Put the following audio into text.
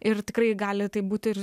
ir tikrai gali tai būt ir